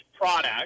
product